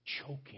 choking